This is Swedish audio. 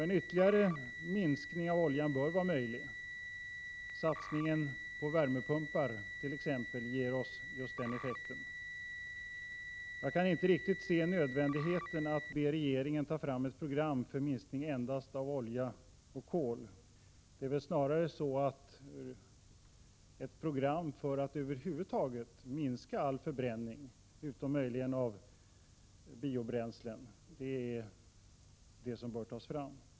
En ytterligare minskning av oljeförbrukningen bör vara möjlig. Satsningen på t.ex. värmepumpar bör ge oss den effekten. Jag kan inte riktigt se nödvändigheten av att be regeringen ta fram ett program för minskning endast av användningen av olja och kol. Det är väl snarare ett program för att över huvud taget minska all förbränning, utom möjligen förbränningen av biobränslen, som bör tas fram.